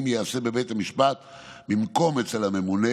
ייעשה בבית המשפט במקום אצל הממונה,